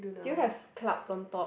do you have cloud on top